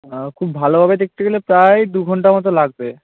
হ্যাঁ খুব ভালোভাবে দেখতে গেলে প্রায় দু ঘন্টা মতো লাগবে